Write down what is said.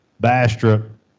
Bastrop